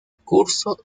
curso